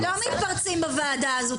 לא מתפרצים בוועדה הזו.